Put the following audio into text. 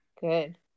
Good